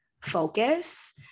focus